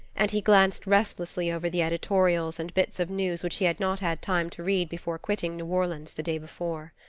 and he glanced restlessly over the editorials and bits of news which he had not had time to read before quitting new orleans the day before.